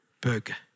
burger